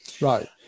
Right